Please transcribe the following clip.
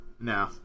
No